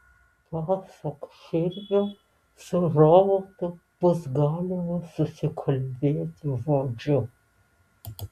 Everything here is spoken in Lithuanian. pasak šivio su robotu bus galima susikalbėti žodžiu